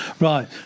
Right